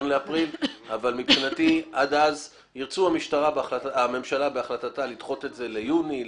תרצה הממשלה בהחלטתה לדחות את זה ליוני,